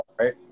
right